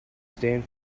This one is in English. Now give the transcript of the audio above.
stand